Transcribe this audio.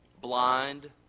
blind